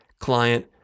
client